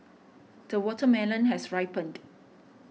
the watermelon has ripened